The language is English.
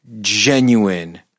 genuine